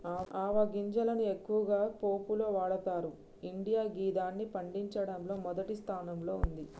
ఆవ గింజలను ఎక్కువగా పోపులో వాడతరు ఇండియా గిదాన్ని పండించడంలో మొదటి స్థానంలో ఉంది